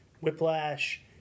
Whiplash